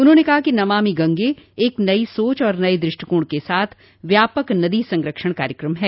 उन्होंने कहा कि नमामि गंगे एक नई सोच और नये द्रष्टिकोण के साथ व्यापक नदी संरक्षण कार्यक्रम है